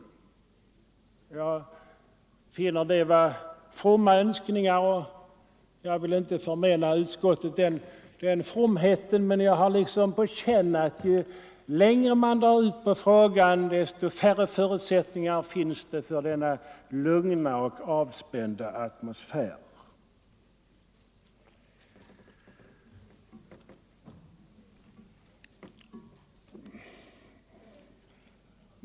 Jag finner det vara fromma önskningar, och jag vill inte förmena utskottet den fromheten, men jag har liksom på känn att ju längre man drar ut på frågan, desto färre förutsättningar finns det för denna lugna och avspända atmosfär.